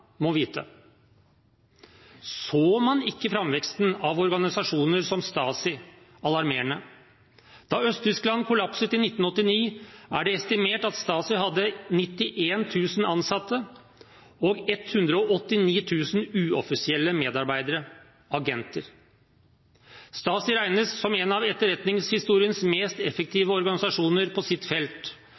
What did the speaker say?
må vite. Så man ikke framveksten av organisasjoner som Stasi som alarmerende? Da Øst-Tyskland kollapset i 1989, er det estimert at Stasi hadde 91 000 ansatte og 189 000 uoffisielle medarbeidere – agenter. Stasi regnes som en av etterretningshistoriens mest effektive organisasjoner på sitt felt